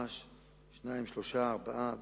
שניים, שלושה, ארבעה,